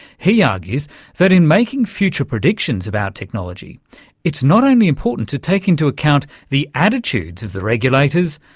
he argues that in making future predictions about technology it's not only important to take into account the attitudes of the regulators,